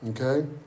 Okay